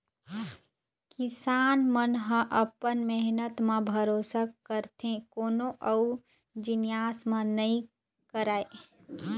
किसान मन ह अपन मेहनत म भरोसा करथे कोनो अउ जिनिस म नइ करय